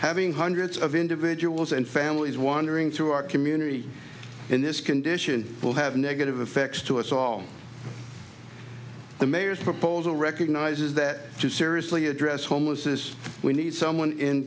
having hundreds of individuals and families wandering through our community in this condition will have negative effects to us all the mayor's proposal recognizes that to seriously address homeless is we need someone in